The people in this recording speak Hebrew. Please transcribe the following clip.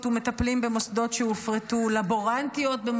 המעט שנותרו,